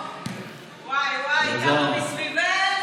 וואי, וואי, כמה מסביבך